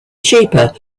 cheaper